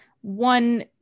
One